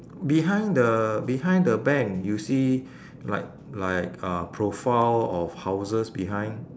behind the behind the bank you see like like a profile of houses behind